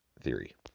theory